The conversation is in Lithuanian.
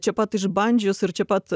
čia pat išbandžius ir čia pat